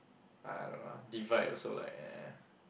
I don't know ah divide also like eh